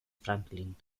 franklin